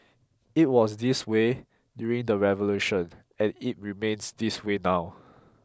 it was this way during the revolution and it remains this way now